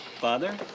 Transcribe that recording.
Father